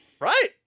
Right